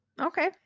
okay